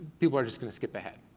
people are just gonna skip ahead.